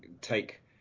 take